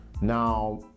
now